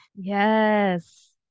Yes